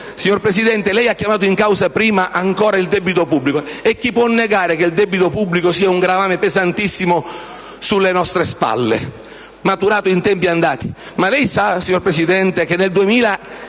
Signor Presidente, lei ha chiamato in causa prima ancora il debito pubblico, e chi può negare che il debito pubblico sia un gravame pesantissimo sulle nostre spalle maturato in tempi andati? Ma lei sa, signor Presidente, che nel 2007